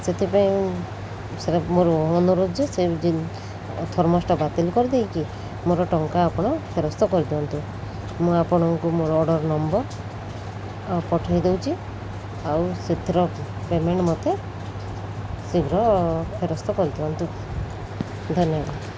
ସେଥିପାଇଁ ସେଇଟା ମୋର ମନ ରହୁଛି ସେ ଥର୍ମସଟା ବାତିଲ କରିଦେଇକି ମୋର ଟଙ୍କା ଆପଣ ଫେରସ୍ତ କରିଦିଅନ୍ତୁ ମୁଁ ଆପଣଙ୍କୁ ମୋର ଅର୍ଡ଼ର ନମ୍ବର ପଠେଇ ଦଉଛି ଆଉ ସେଥିରେ ପେମେଣ୍ଟ ମୋତେ ଶୀଘ୍ର ଫେରସ୍ତ କରିଦିଅନ୍ତୁ ଧନ୍ୟବାଦ